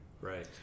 Right